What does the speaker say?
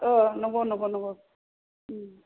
औ नंगौ नंगौ नंगौ